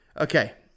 okay